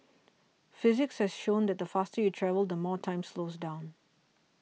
physics has shown that the faster you travel the more time slows down